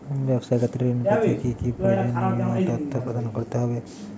ব্যাবসা ক্ষেত্রে ঋণ পেতে কি কি প্রয়োজনীয় তথ্য প্রদান করতে হবে?